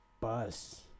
bus